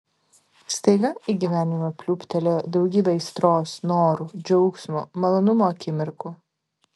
staiga į gyvenimą pliūptelėjo daugybė aistros norų džiaugsmo malonumo akimirkų